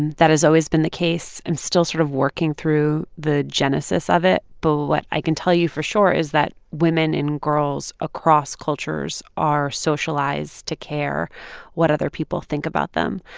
and that has always been the case. i'm still sort of working through the genesis of it. but what i can tell you for sure is that women and girls across cultures are socialized to care what other people think about them.